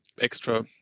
extra